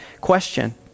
question